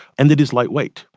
and that is lightweight.